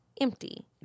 Empty